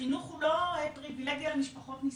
החינוך הוא פריבילגיה למשפחות נזקקות,